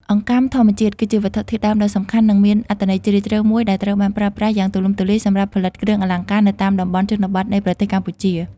អង្កាំធម្មជាតិ គឺជាវត្ថុធាតុដើមដ៏សំខាន់ និងមានអត្ថន័យជ្រាលជ្រៅមួយដែលត្រូវបានប្រើប្រាស់យ៉ាងទូលំទូលាយសម្រាប់ផលិតគ្រឿងអលង្ការនៅតាមតំបន់ជនបទនៃប្រទេសកម្ពុជា។